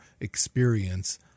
experience